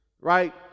right